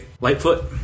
Lightfoot